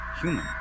human